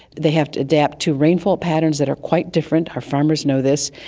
they have to adapt to rainfall patterns that are quite different, our farmers know this,